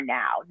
now